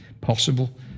possible